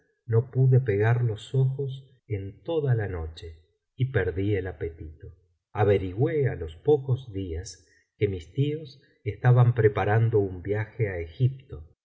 no pude pegar los ojos en toda la noche y perdí el apetito averigüé á los pocos días que mis tíos estaban preparando un viaje á egipto